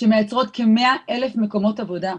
שמייצרות כ-100,000 מקומות עבודה.